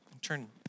Turn